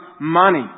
money